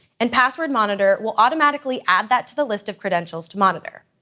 and password monitor will automatically add that to the list of credentials to monitor.